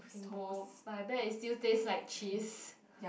bimbo but I bet it still taste like cheese